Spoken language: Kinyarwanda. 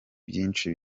byinshi